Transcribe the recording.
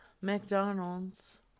McDonald's